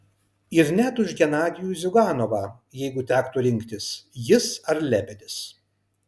ir net už genadijų ziuganovą jeigu tektų rinktis jis ar lebedis